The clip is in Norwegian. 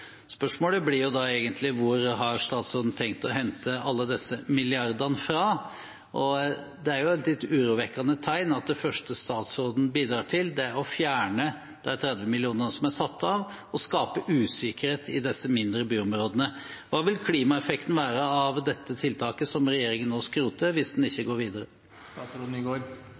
Spørsmålet blir da egentlig: Hvor har statsråden tenkt å hente alle disse milliardene fra? Det er et litt urovekkende tegn at det første statsråden bidrar til, er å fjerne 30 mill. kr som er satt av, og skape usikkerhet i disse mindre byområdene. Hva vil klimaeffekten være av dette tiltaket som regjeringen nå skroter, hvis en ikke går